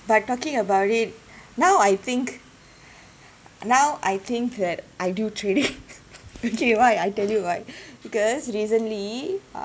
but talking about it now I think now I think that I do trading okay why I tell you why because recently